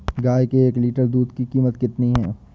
गाय के एक लीटर दूध की कीमत कितनी है?